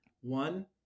One